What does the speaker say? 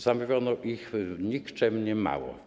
Zamówiono ich nikczemnie mało.